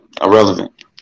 irrelevant